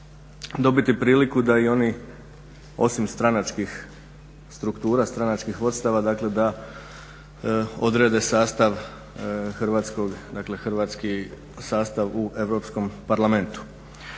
dobiti priliku da i oni osim stranačkih struktura, stranačkih vodstava dakle da odrede sastav, dakle hrvatski sastav u Europskom parlamentu.